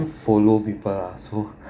follow people uh so